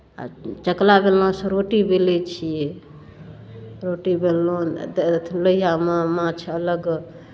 आ चकला बेलनासँ रोटी बेलै छियै रोटी बेललहुँ लोहिआमे माछ अलग